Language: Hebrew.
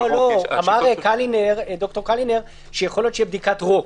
אמר ד"ר קלינר שיכול להיות שתהיה בדיקת רוק.